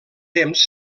temps